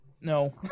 no